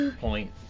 point